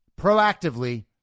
proactively